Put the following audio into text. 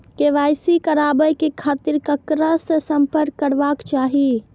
KYC कराबे के खातिर ककरा से संपर्क करबाक चाही?